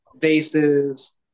vases